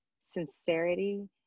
sincerity